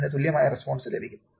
അതിനു തുല്യമായ റെസ്പോൺസ് ലഭിക്കും